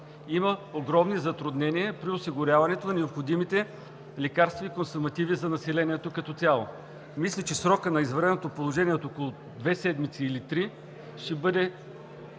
Има огромни затруднения при осигуряването на необходимите лекарства и консумативи за населението като цяло. Мисля, че срокът на извънредното положение от около две седмици или три ще бъде